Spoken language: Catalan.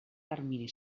termini